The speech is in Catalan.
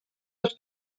els